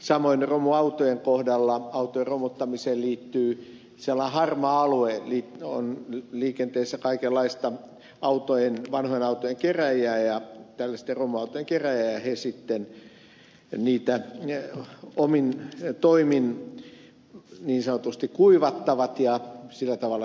samoin romuautojen kohdalla autojen romuttamiseen liittyy sellainen harmaa alue kun liikenteessä on kaikenlaisia vanhojen autojen kerääjiä ja tällaisten romuautojen kerääjiä jotka sitten niitä omin toimin niin sanotusti kuivattavat ja sillä tavalla saastuttavat ympäristöä